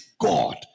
God